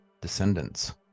descendants